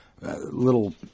little